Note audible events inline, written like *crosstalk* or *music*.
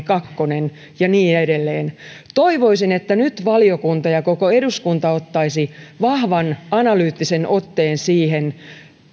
*unintelligible* kakkonen ja niin edelleen toivoisin että nyt valiokunta ja koko eduskunta ottaisivat vahvan analyyttisen otteen siihen